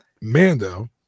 Mando